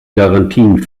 garantien